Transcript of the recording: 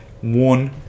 one